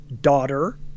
daughter